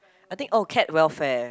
I think oh cat welfare